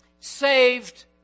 saved